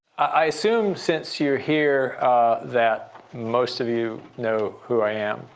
i assume since you're here that most of you know who i am.